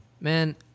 Man